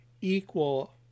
equal